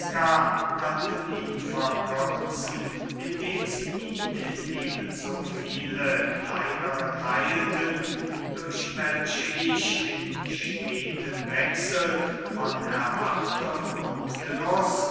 könnten ihn verkürzen indem sie ihn in eben so viele kleinere theilten durch welche ich in stetem wechsel von erwartung und genuß